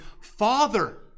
Father